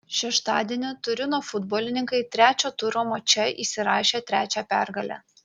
šeštadienį turino futbolininkai trečio turo mače įsirašė trečią pergalę